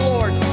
Lord